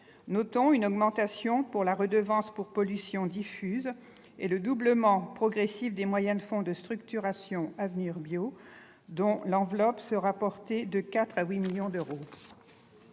Notons une augmentation pour la redevance pour pollution diffuse et le doublement progressif des moyens du fonds de structuration Avenir Bio, dont l'enveloppe sera portée de 4 millions d'euros